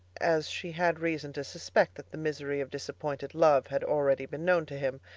as she had reason to suspect that the misery of disappointed love had already been known to him.